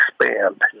expand